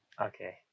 Okay